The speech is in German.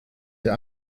der